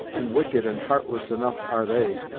and wicked and heartless enough are they,